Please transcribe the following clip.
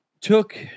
took